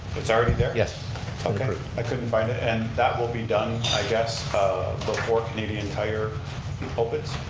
it's already there. yeah okay, i couldn't find it. and that will be done i guess before canadian tire opens?